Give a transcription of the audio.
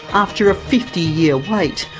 after a fifty year wait,